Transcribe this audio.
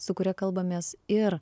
su kuria kalbamės ir